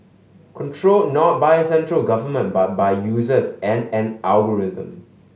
controlled not by a central government but by users and an algorithm